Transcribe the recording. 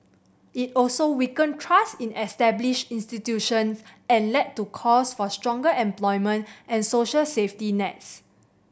it also weakened trust in established institutions and led to calls for stronger employment and social safety nets